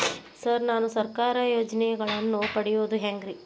Sir ನಾನು ಸರ್ಕಾರ ಯೋಜೆನೆಗಳನ್ನು ಪಡೆಯುವುದು ಹೆಂಗ್ರಿ?